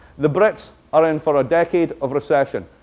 the brits are in for a decade of recession.